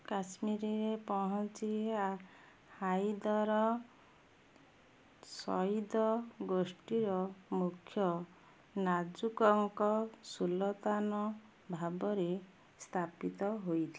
କାଶ୍ମୀରରେ ପହଞ୍ଚି ହାଇଦର ସୟିଦ ଗୋଷ୍ଠୀର ମୁଖ୍ୟ ନାଜୁକଙ୍କ ସୁଲତାନ ଭାବରେ ସ୍ଥାପିତ ହୋଇଥିଲେ